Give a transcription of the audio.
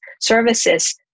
services